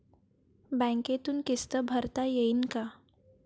बँकेतून किस्त भरता येईन का?